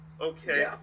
Okay